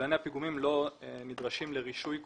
קבלני הפיגומים לא נדרשים לרישוי כלשהו,